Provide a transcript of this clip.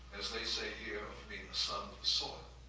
as they say here, of being some so